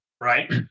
right